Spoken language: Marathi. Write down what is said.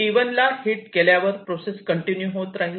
T1 ला हिट केल्यावर प्रोसेस कंटिन्यू होत राहील